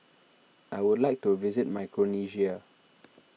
I would like to visit Micronesia